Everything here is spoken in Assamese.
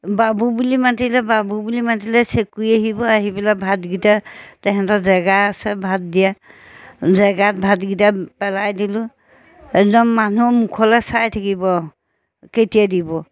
বাবু বুলি মাতিলে বাবু বুলি মাতিলে চেঁকুৰী আহিব আহি পেলাই ভাতকেইটা তেহেঁতৰ জেগা আছে ভাত দিয়া জেগাত ভাতকেইটা পেলাই দিলোঁ একদম মানুহৰ মুখলৈ চাই থাকিব কেতিয়া দিব